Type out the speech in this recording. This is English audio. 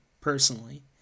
personally